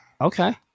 Okay